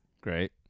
Great